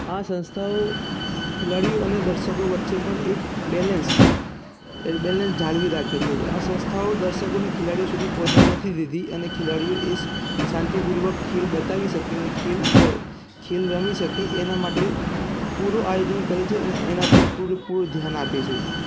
આ સંસ્થાઓ ખેલાડીઓ અને દર્શકો વચ્ચે પણ એક બેલેન્સ બેલેન્સ જાળવી રાખે છે આ સંસ્થાઓ દર્શકોને ખેલાડીઓ સુધી પહોંચવા નથી દેતી અને ખેલાડીઓ એ શાંતિપૂર્વક ખેલ બતાવી શકે અને ખેલ રમી શકે એના માટે પૂરું આયોજન કરે છે અને એના પર પૂરેપૂરું ધ્યાન આપે છે